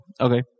Okay